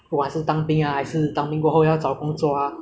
这些之类东西都我希望可以顺顺利利 ah